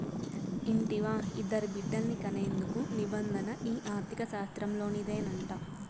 ఇంటివా, ఇద్దరు బిడ్డల్ని కనేందుకు నిబంధన ఈ ఆర్థిక శాస్త్రంలోనిదేనంట